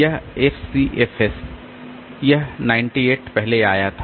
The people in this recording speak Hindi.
यह एफसीएफएस यह 98 पहले आया था